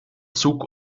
zug